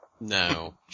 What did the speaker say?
No